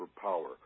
power